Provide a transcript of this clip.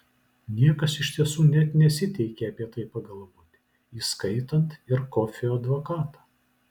niekas iš tiesų net nesiteikė apie tai pagalvoti įskaitant ir kofio advokatą